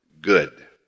good